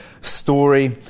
story